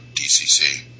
DCC